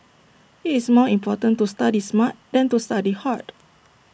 IT is more important to study smart than to study hard